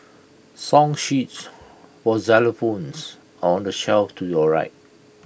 song sheets for xylophones are on the shelf to your right